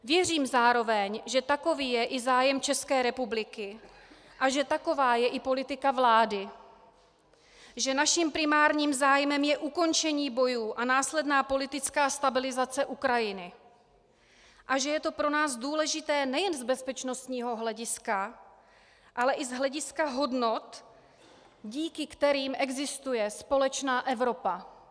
Věřím zároveň, že takový je i zájem České republiky a že taková je i politika vlády, že naším primárním zájmem je ukončení bojů a následná politická stabilizace Ukrajiny a že je to pro nás důležité nejen z bezpečnostního hlediska, ale i z hlediska hodnot, díky kterým existuje společná Evropa.